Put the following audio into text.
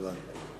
הבנתי.